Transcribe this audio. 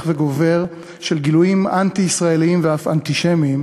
וגובר של גילויים אנטי-ישראליים ואף אנטישמיים,